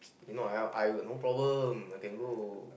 you know I I got no problem I can go